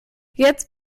jetzt